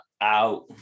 out